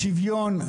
שוויון,